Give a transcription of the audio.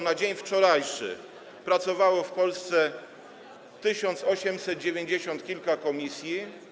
Na dzień wczorajszy pracowało w Polsce tysiąc osiemset dziewięćdziesiąt kilka komisji.